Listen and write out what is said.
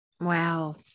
Wow